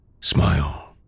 smile